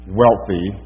wealthy